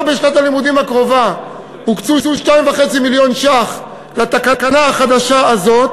כבר לשנת הלימודים הקרובה הוקצו 2.5 מיליון ש"ח לתקנה החדשה הזאת.